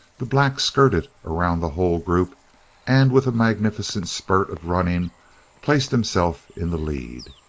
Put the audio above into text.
the black skirted around the whole group and with a magnificent spurt of running placed himself in the lead.